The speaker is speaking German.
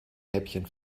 häppchen